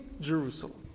Jerusalem